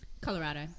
Colorado